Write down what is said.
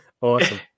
Awesome